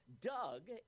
Doug